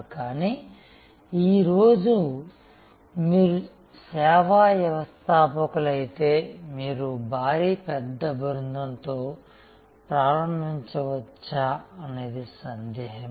కానీ ఈ రోజు మీరు సేవా వ్యవస్థాపకులైతే మీరు భారీ పెద్ద బృందంతో ప్రారంభించవచ్చా అనేది సందేహమే